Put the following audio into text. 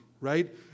right